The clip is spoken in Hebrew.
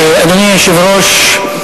אדוני היושב-ראש,